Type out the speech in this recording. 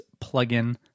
plugin